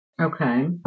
okay